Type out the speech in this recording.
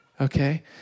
Okay